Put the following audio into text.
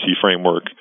framework